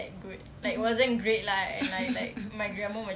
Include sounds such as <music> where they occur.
mm mm <laughs>